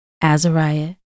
Azariah